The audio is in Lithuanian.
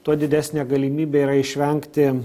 tuo didesnė galimybė yra išvengti